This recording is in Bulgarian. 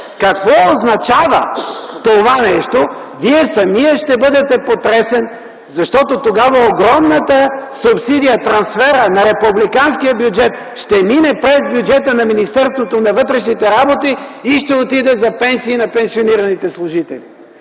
какво означава това нещо, Вие самият ще бъдете потресен, защото тогава огромната субсидия, трансферът на републиканския бюджет ще мине през бюджета на Министерството на вътрешните работи и ще отиде за пенсии на пенсионираните служители.